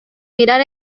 mirar